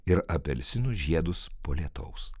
ir apelsinų žiedus po lietaus